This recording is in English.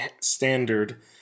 standard